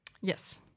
Yes